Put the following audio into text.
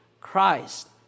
christ